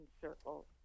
circles